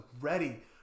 ready